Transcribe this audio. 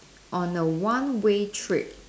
on a one way trip